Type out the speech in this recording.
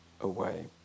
away